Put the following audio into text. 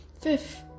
Fifth